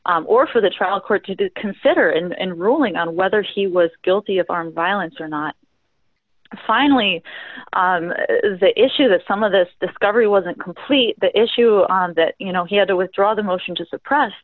or for the trial court to do consider and ruling on whether he was guilty of armed violence or not finally that issue that some of this discovery wasn't complete the issue that you know he had to withdraw the motion to suppress